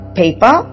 paper